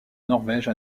norvège